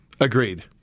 agreed